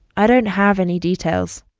i don't have any details